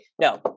no